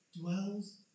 dwells